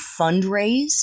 fundraise